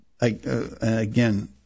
Again